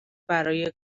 برای